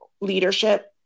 leadership